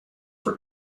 for